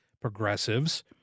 progressives